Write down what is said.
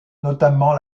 notamment